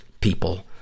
people